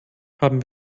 haben